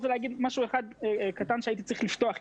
אני רוצה לומר משהו אחד שהייתי צריך לפתוח אתו.